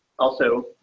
also,